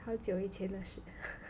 很久以前的事